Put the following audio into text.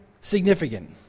significant